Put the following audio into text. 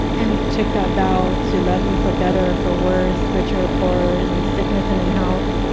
and took that vow to love you for better, for worse, richer or poorer, in sickness and in health.